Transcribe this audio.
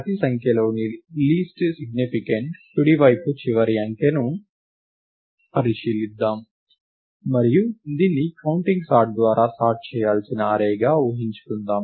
ప్రతి సంఖ్యలోని లీస్ట్ సిగ్నిఫికెంట్కుడి వైపు చివరి అంకె అంకెను పరిశీలిద్దాం మరియు దీన్ని కౌంటింగ్ సార్ట్ ద్వారా సార్ట్ చేయాల్సిన అర్రేగా ఊహించుకుందాం